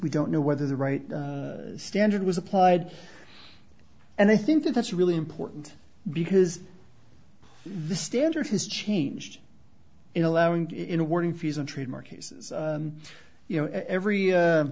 we don't know whether the right standard was applied and i think that that's really important because the standard has changed in allowing in awarding fees and trademark cases you know every